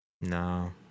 No